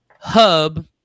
hub